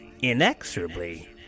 inexorably